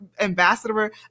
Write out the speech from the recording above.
ambassador